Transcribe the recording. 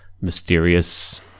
mysterious